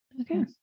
Okay